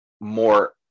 more